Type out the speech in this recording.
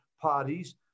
parties